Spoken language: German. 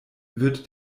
wird